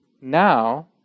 now